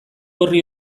orri